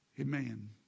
Amen